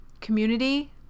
community